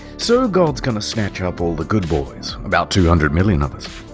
so, god's gonna snatch up all the good boys. about two hundred million of us.